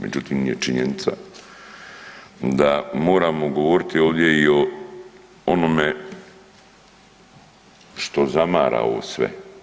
Međutim je činjenica da moramo govoriti ovdje i o onome što zamara ovo sve.